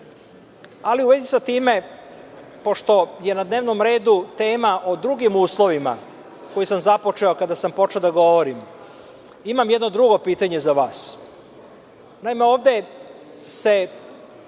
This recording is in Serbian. u vezi sa time, pošto je na dnevnom redu tema o drugim uslovima koju sam započeo kada sam počeo da govorim, imam jedno drugo pitanje za